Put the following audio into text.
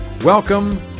Welcome